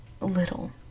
little